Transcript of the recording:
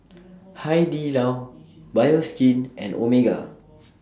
Hai Di Lao Bioskin and Omega